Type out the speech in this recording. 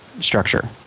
structure